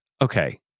Okay